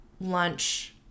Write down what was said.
lunch